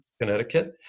Connecticut